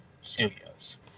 studios